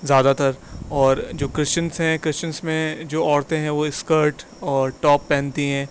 زیادہ تر اور جو کرسچنس ہیں کرسچنس میں جو عورتیں ہیں وہ اسکرٹ اور ٹاپ پہنتی ہیں